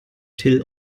till